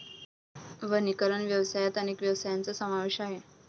वनीकरण व्यवसायात अनेक व्यवसायांचा समावेश आहे